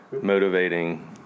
motivating